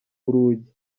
urugi